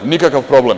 Nikakav problem.